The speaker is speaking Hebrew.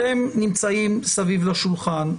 אתם נמצאים סביב לשולחן.